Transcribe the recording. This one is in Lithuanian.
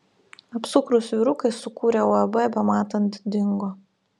apsukrūs vyrukai sukūrę uab bematant dingo